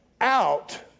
out